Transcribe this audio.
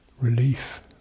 relief